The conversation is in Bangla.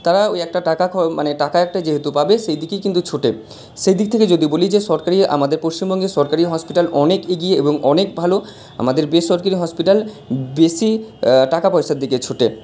তারা ওই একটা টাকা মানে টাকা একটা যেহেতু পাবে সেই দিকেই কিন্তু ছোটে সেই দিক থেকে যদি বলি যে সরকারি আমাদের পশ্চিমবঙ্গের সরকারি হসপিটাল অনেক এগিয়ে এবং অনেক ভালো আমাদের বেসরকারি হসপিটাল বেশি টাকা পয়সার দিকে ছোটে